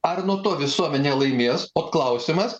ar nuo to visuomenė laimės ot klausimas